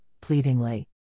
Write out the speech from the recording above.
pleadingly